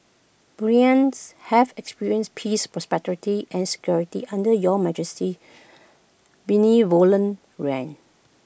Bruneians have experienced peace prosperity and security under your Majesty's benevolent reign